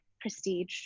prestige